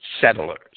settlers